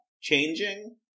changing